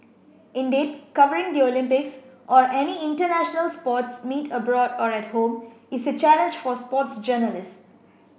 indeed covering the Olympics or any international sports meet abroad or at home is a challenge for sports journalist